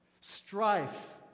strife